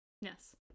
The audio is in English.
Yes